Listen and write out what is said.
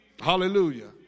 Hallelujah